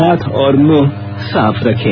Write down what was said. हाथ और मुंह साफ रखें